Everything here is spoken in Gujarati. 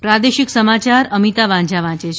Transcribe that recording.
પ્રાદેશિક સમાચાર અમિતા વાંઝા વાંચે છે